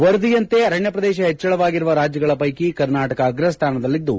ವರದಿಯಂತೆ ಅರಣ್ಣ ಪ್ರದೇಶ ಹೆಚ್ಚಳವಾಗಿರುವ ರಾಜ್ಯಗಳ ಪೈಕಿ ಕರ್ನಾಟಕ ಅಗ್ರ ಸ್ವಾನದಲ್ಲಿದ್ದು